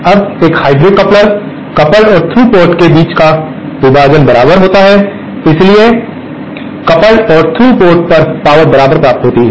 अब एक hybrid coupler में कपल्ड और थ्रू पोर्ट के बीच का विभाजन बराबर होता है इसलिए कपल्ड और थ्रू पोर्ट पर पावर बराबर प्राप्त होती है